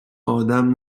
آدم